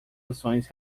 ações